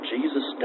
Jesus